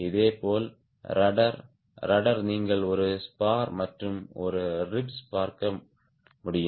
இதேபோல் rudder rudder நீங்கள் ஒரு ஸ்பார் மற்றும் ஒரு ரிப்ஸ் பார்க்க முடியும்